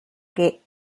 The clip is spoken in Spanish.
que